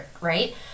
right